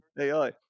AI